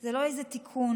זה לא איזה תיקון.